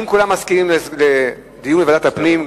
האם כולם מסכימים לדיון בוועדת הפנים,